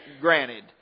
granted